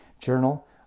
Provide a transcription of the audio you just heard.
journal